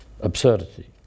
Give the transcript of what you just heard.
absurdity